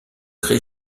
créé